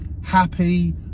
happy